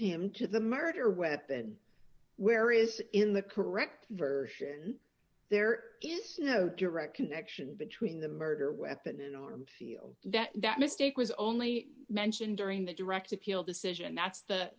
him to the murder weapon where is in the correct version there is no direct connection between the murder weapon or feel that that mistake was only mentioned during the direct appeal decision that's the